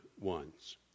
ones